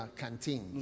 canteen